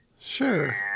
Sure